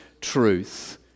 truth